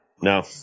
No